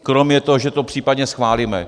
Kromě toho, že to případně schválíme.